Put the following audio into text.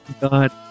god